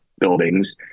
buildings